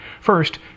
First